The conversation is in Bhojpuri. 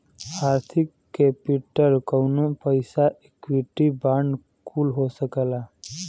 आर्थिक केपिटल कउनो पइसा इक्विटी बांड कुल हो सकला